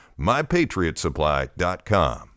MyPatriotSupply.com